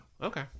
Okay